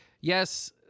Yes